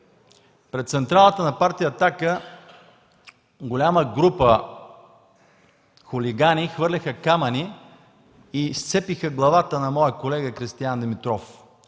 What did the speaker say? пред централата на Партия „Атака” голяма група хулигани хвърляха камъни и сцепиха главата на моя колега Кристиян Димитров.